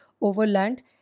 overland